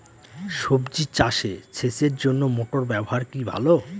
সবজি চাষে সেচের জন্য মোটর ব্যবহার কি ভালো?